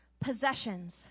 possessions